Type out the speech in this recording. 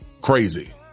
crazy